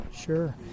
sure